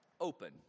open